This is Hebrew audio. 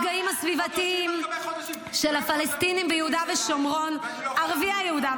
נושא המפגעים הסביבתיים של הפלסטינים ביהודה ושומרון,